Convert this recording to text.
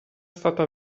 stato